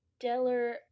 Deller